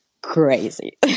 crazy